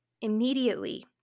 immediately